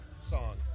Song